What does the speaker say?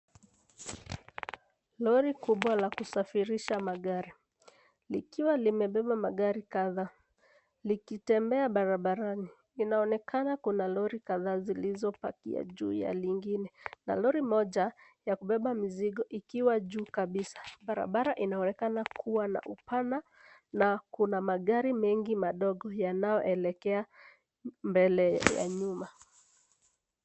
Lori kubwa la kusafirisha magari likiwa limebeba magari kadhaa likitembea barabarani .Inaonekana kuna lori kadhaa zilizopakia juu la lingine na lori moja ya kubeba mizigo ikiwa juu kabisa. Barabara inaonekana kuwa na upana na kuna magari mengi madogo yanayoelekea mbele ya nyuma.